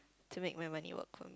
to make my money work for